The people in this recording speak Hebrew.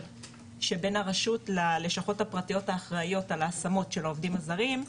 שבין הרשות לבין הלשכות הפרטיות שאחראיות על ההשמות של העובדים הזרים,